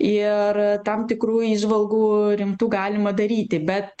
ir tam tikrų įžvalgų rimtų galima daryti bet